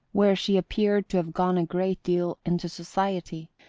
where she appeared to have gone a great deal into society,